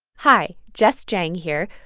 hi, jess jiang here.